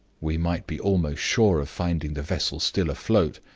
we might be almost sure of finding the vessel still afloat,